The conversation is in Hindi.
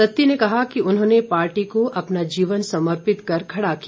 सत्ती ने कहा उन्होंने पार्टी को अपना जीवन समर्पित कर खड़ा किया